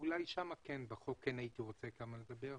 אולי בחוק הייתי כן רוצה לדבר.